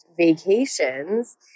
vacations